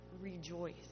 Rejoice